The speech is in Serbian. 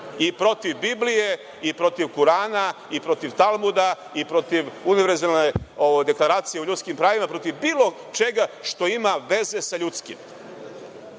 i protiv Biblije i protiv Kurana i protiv Talmuda i protiv Univerzalne deklaracije o ljudskim pravima, protiv bilo čega što ima veze sa ljudskim. Pola